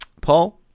Paul